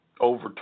over